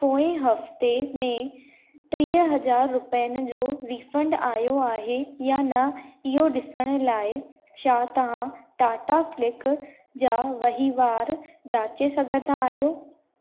पोएं हफ़्ते में टीह हज़ार रुपियनि जो रीफंड आयो आहे या न इहो ॾिसण लाइ छा तव्हां टाटा क्लिक जा वहिंवार जांचे सघंदा आहियो